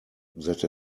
that